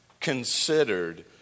considered